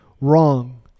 wrong